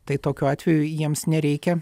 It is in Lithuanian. tai tokiu atveju jiems nereikia